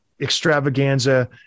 extravaganza